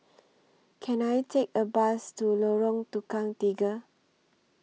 Can I Take A Bus to Lorong Tukang Tiga